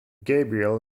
gabriel